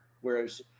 whereas